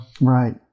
Right